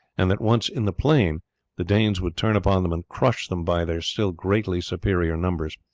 and that once in the plain the danes would turn upon them and crush them by their still greatly superior numbers.